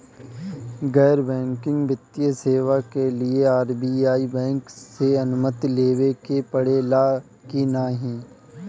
गैर बैंकिंग वित्तीय सेवाएं के लिए आर.बी.आई बैंक से अनुमती लेवे के पड़े ला की नाहीं?